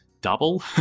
double